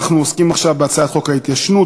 אנחנו עוסקים עכשיו בהצעת חוק ההתיישנות